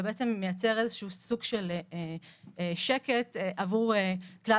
ובעצם מייצר איזשהו סוג של שקט עבור כלל